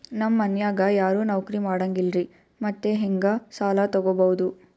ನಮ್ ಮನ್ಯಾಗ ಯಾರೂ ನೌಕ್ರಿ ಮಾಡಂಗಿಲ್ಲ್ರಿ ಮತ್ತೆಹೆಂಗ ಸಾಲಾ ತೊಗೊಬೌದು?